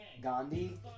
Gandhi